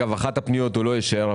את אחת הפניות הוא לא אישר,